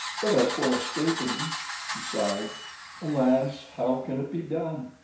but as for escaping she sighed alas, how can it be done?